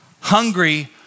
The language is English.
hungry